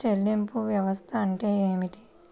చెల్లింపు వ్యవస్థ అంటే ఏమిటి?